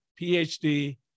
PhD